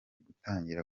gutangira